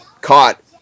caught